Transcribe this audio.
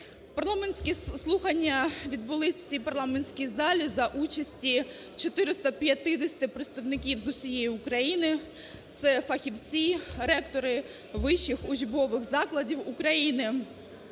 Парламентські слухання відбулися в цій парламентській залі за участі 450 представників з усієї України: це фахівці, ректори вищих учбових закладів України.